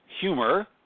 humor